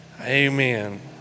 amen